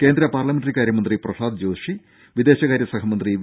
കേന്ദ്ര പാർലമെന്ററി കാര്യമന്ത്രി പ്രഹ്ലാദ് ജോഷി വിദേശകാര്യ സഹമന്ത്രി വി